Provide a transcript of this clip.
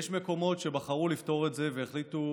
יש מקומות שבחרו לפתור את זה והחליטו